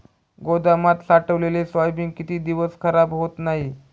गोदामात साठवलेले सोयाबीन किती दिवस खराब होत नाही?